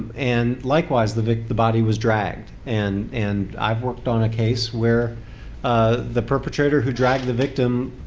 and likewise, the the body was dragged. and and i've worked on a case where ah the perpetrator who dragged the victim,